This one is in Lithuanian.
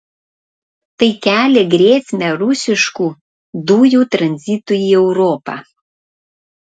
tai kelia grėsmę rusiškų dujų tranzitui į europą